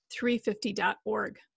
350.org